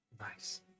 Nice